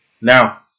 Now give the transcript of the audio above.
Now